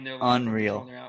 unreal